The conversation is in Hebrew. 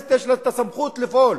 לכנסת יש הסמכות לפעול.